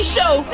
Show